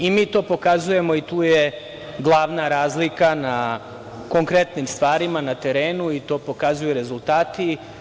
I mi to pokazujemo i tu je glavna razlika na konkretnim stvarima, na terenu i to pokazuju rezultati.